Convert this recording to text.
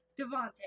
Devante